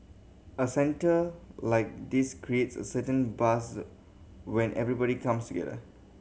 a centre like this creates a certain buzz when everybody comes together